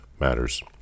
matters